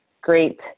great